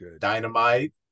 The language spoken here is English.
dynamite